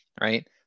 right